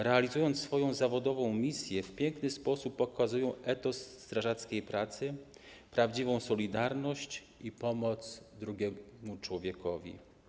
Realizując swoją zawodową misję, w piękny sposób pokazują etos strażackiej pracy, prawdziwą solidarność i pomoc drugiemu człowiekowi.